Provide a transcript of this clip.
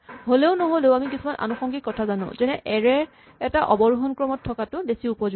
হ'লেও নহ'লেও আমি কিছুমান আনুসংগিক কথা জানো যেনে এৰে এটা অৱৰোহন ক্ৰমত থকাটো বেছি উপযোগী